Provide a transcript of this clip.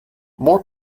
more